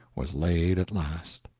was laid at last.